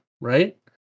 right